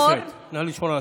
אני כבר מתכנס,